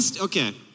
Okay